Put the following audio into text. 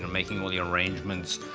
making all the arrangements,